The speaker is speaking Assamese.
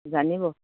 জানিব